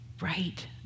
right